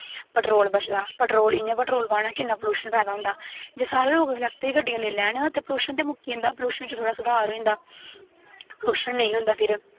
petrol बचदा petrol इ'यां petrol पाना होऐ किन्ना प्लयूशन पैदा होंदा एह् सारे लोग इलैक्ट्रिक गड्डियां लेई लैन ते प्लयूशन ते मुक्की जंदा प्ल्यूशन दा सधार होई जंदा प्लयूशन नेईं होंदा फिर